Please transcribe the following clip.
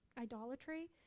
idolatry